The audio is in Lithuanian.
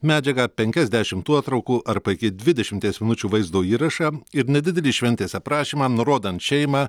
medžiagą penkias dešimt nuotraukų arba iki dvidešimties minučių vaizdo įrašą ir nedidelį šventės aprašymą nurodant šeimą